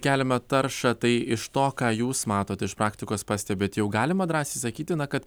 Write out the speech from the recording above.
keliamą taršą tai iš to ką jūs matot iš praktikos pastebit jau galima drąsiai sakyti na kad